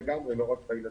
לא רק בילדים.